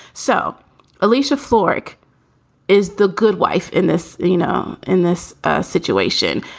so alicia florrick is the good wife in this. you know, in this situation,